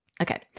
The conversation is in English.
Okay